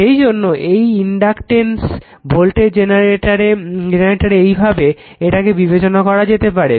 সেইজন্য এটা inductance voltage generator এইভাবে এটাকে বিবেচনা করা যেতে পারে